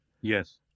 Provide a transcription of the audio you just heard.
yes